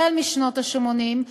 החל משנות ה-80,